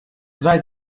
tried